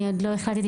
אני עוד לא החלטתי,